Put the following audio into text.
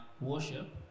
worship